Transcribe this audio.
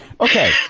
Okay